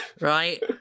Right